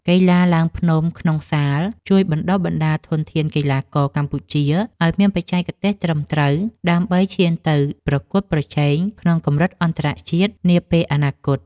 កីឡាឡើងភ្នំក្នុងសាល ជួយបណ្ដុះបណ្ដាលធនធានកីឡាករកម្ពុជាឱ្យមានបច្ចេកទេសត្រឹមត្រូវ ដើម្បីឈានទៅប្រកួតប្រជែងក្នុងកម្រិតអន្តរជាតិនាពេលអនាគត។